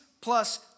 plus